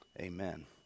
amen